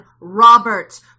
Robert